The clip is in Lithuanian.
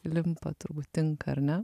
limpa turbūt tinka ar ne